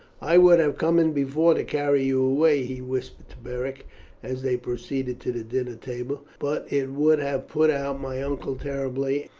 i would have come in before to carry you away, he whispered to beric as they proceeded to the dinner table, but it would have put out my uncle terribly,